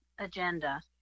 agenda